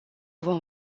vom